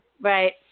Right